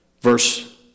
Verse